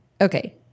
Okay